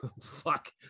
Fuck